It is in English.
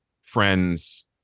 friends